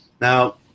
Now